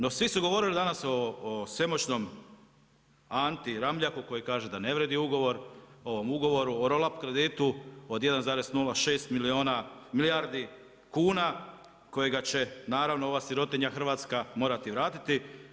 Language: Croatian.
No svi su govorili danas o svemoćnom Anti Ramljaku koji kaže da ne vrijedi ugovor, ovom ugovoru o roll up kreditu od 1,06 milijardi kuna kojega će naravno ova sirotinja hrvatska morati vratiti.